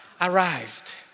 arrived